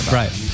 right